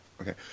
Okay